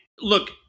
look